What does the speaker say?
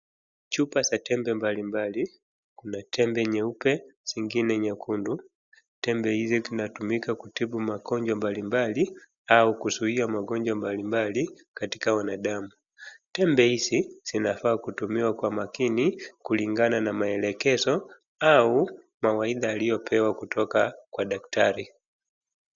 Chupa za tembe mbalimbali, kuna tembe nyeupe, zingine nyekundu, tembe hizi zinatumika kutibu magnjwa mbalimbali au kuzuia magonjwa mbalimbali katika wanadamu. Tembe hizi zinafaa kutumiwa kwa makini kulingana na maelekezo au mawaidha aliyopewa kutoka kwa daktari.